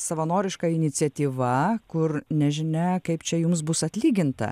savanoriška iniciatyva kur nežinia kaip čia jums bus atlyginta